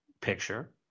picture